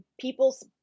people's